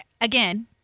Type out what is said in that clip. Again